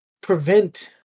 prevent